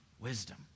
Wisdom